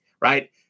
right